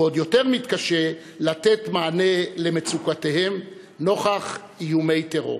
ועוד יותר מתקשה לתת מענה למצוקותיהם נוכח איומי טרור,